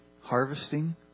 harvesting